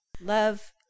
Love